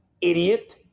Idiot